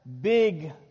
big